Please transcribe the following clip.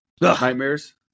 nightmares